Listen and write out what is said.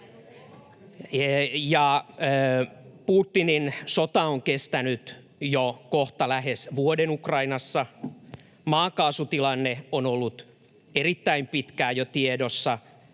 Putinin sota on kestänyt jo kohta lähes vuoden Ukrainassa. Maakaasutilanne on ollut erittäin pitkään jo tiedossa,